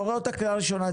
אני קורא אותך קריאה ראשונה.